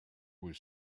was